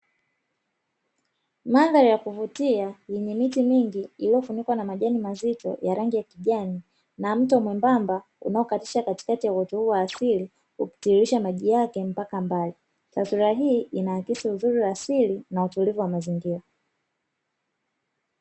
Mandhari ya kuvutia yenye miti mingi iliyo funikwa na majani mazito ya rangi ya kijani na mto mwembamba unao katisha katikati ya uoto huo wa asili kutiririsha maji yake mpaka mbali, taswira hii inaakisi uzuri wa asili na utulivu wa mazingira.